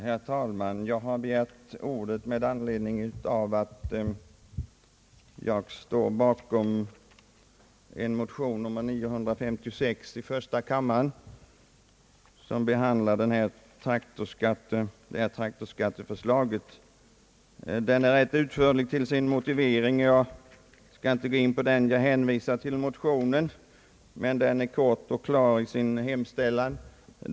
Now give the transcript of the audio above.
Herr talman! Jag har begärt ordet med anledning av att jag står bakom en motion, I:956, som behandlar traktorskatteförslaget. Den är rätt utförlig i sin motivering. Jag skall därför inte gå in på den. Jag hänvisar till motionen, som är kort och klar i sin hemställan.